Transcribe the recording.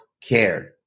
care